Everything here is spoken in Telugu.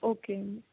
ఓకే అండి